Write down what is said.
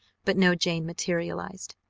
but no jane materialized.